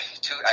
two